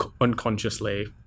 unconsciously